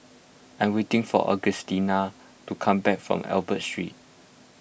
I'm waiting for Augustina to come back from Albert Street